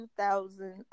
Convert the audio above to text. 2000